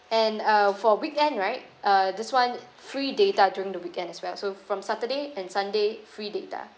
and uh for weekend right uh this one free data during the weekend as well so from saturday and sunday free data